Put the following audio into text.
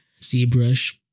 ZBrush